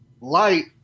light